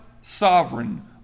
sovereign